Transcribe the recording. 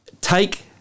take